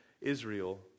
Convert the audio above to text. Israel